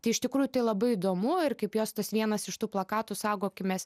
tai iš tikrųjų tai labai įdomu ir kaip jos tas vienas iš tų plakatų saugokimės